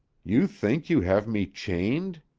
you think you have me chained?